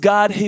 God